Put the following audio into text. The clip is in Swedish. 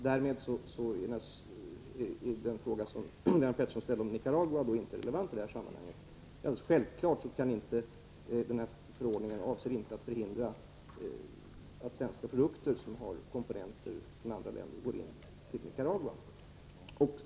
Därmed är den fråga som Lennart Pettersson ställde om Nicaragua inte relevant i det här sammanhanget. Alldeles självklart avser förordningen inte att förhindra att svenska produkter som har komponenter från andra länder går till Nicaragua.